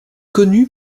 connu